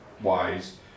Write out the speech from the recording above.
wise